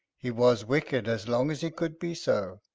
he was wicked as long as he could be so,